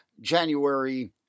January